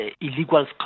Illegal